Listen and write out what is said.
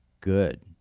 good